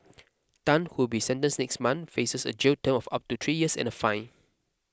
Tan who will be sentenced next month faces a jail term of up to three years and a fine